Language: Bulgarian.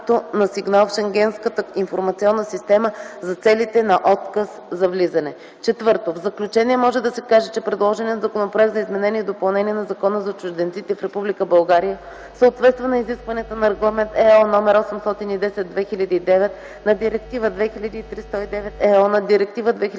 подаването на сигнал в Шенгенската информационна система за целите на отказ за влизане. Четвърто, в заключение може да се каже, че предложеният законопроект за изменение и допълнение на Закона за чужденците в Република България съответства на изискванията на Регламент /ЕО/ № 810/2009, на Директива 2003/109/ЕО, на Директива